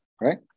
Right